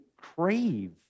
crave